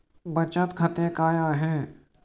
बचत खाते काय आहे?